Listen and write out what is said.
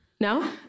No